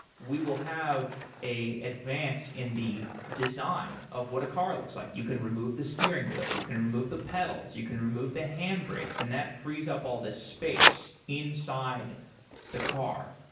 we will have a advance in the design of what a car looks like you can remove the steering wheel, you can remove the pedals, you can remove the hand brakes and that frees up all this space inside the car.